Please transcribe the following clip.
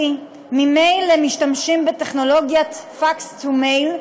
ממילא משתמשים בטכנולוגיית fax to mail,